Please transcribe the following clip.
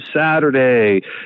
Saturday